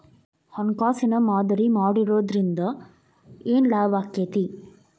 ಹಣ್ಕಾಸಿನ್ ಮಾದರಿ ಮಾಡಿಡೊದ್ರಿಂದಾ ಏನ್ ಲಾಭಾಕ್ಕೇತಿ?